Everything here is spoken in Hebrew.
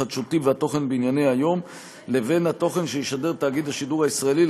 חדשותי והתוכן בענייני היום לבין התוכן שישדר תאגיד השידור הישראלי,